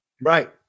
right